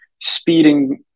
speeding